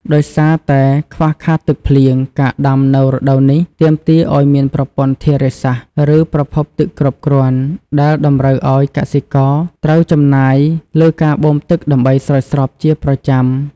ដោយសារតែខ្វះខាតទឹកភ្លៀង ការដាំនៅរដូវនេះទាមទារឱ្យមានប្រព័ន្ធធារាសាស្ត្រ ឬ ប្រភពទឹកគ្រប់គ្រាន់ ដែលតម្រូវឱ្យកសិករត្រូវចំណាយលើការបូមទឹកដើម្បីស្រោចស្រពជាប្រចាំ។